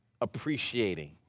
appreciating